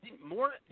more